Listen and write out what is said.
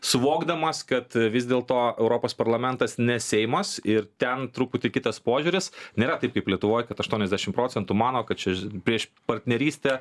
suvokdamas kad vis dėlto europos parlamentas ne seimas ir ten truputį kitas požiūris nėra taip kaip lietuvoj kad aštuoniasdešim procentų mano kad čia prieš partnerystę